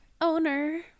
Owner